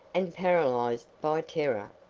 and paralyzed by terror,